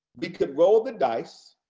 we could roll the dice,